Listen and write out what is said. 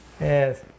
yes